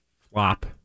flop